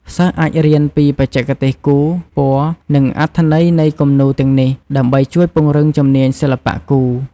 សិស្សអាចរៀនពីបច្ចេកទេសគូរ ពណ៌ និងអត្ថន័យនៃគំនូរទាំងនេះ ដើម្បីជួយពង្រឹងជំនាញសិល្បៈគូរ។